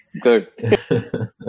Good